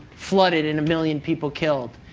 flooded and a million people killed,